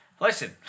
listen